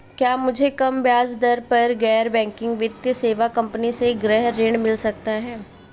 क्या मुझे कम ब्याज दर पर गैर बैंकिंग वित्तीय सेवा कंपनी से गृह ऋण मिल सकता है?